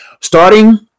starting